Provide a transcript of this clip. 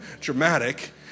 dramatic